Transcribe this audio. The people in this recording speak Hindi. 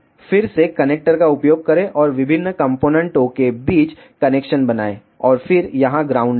फिर से कनेक्टर का उपयोग करें और विभिन्न कॉम्पोनेन्टों के बीच कनेक्शन बनाएं और फिर यहां ग्राउंड डालें